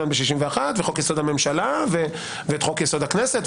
ב-61 וחוק יסוד הממשלה ואת חוק יסוד הכנסת,